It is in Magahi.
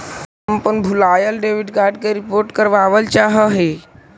हम अपन भूलायल डेबिट कार्ड के रिपोर्ट करावल चाह ही